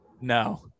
No